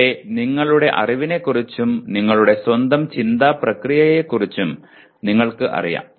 ഇവിടെ നിങ്ങളുടെ അറിവിനെക്കുറിച്ചും നിങ്ങളുടെ സ്വന്തം ചിന്താ പ്രക്രിയയെക്കുറിച്ചും നിങ്ങൾക്ക് അറിയാം